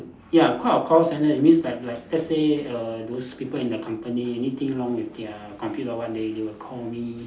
ya called a call centre it means like like let's say err those people in the company anything wrong with their computer or what they they will call me